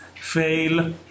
fail